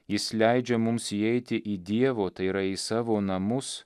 jis leidžia mums įeiti į dievo tai yra į savo namus